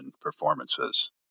performances